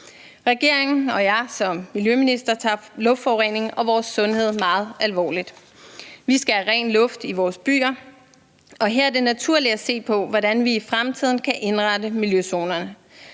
Regeringen og jeg som miljøminister tager luftforureningen og vores sundhed meget alvorligt. Vi skal have ren luft i vores byer, og her er det naturligt at se på, hvordan vi i fremtiden kan indrette miljøzonerne.